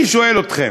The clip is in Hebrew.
אני שואל אתכם,